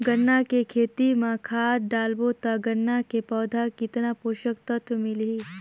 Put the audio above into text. गन्ना के खेती मां खाद डालबो ता गन्ना के पौधा कितन पोषक तत्व मिलही?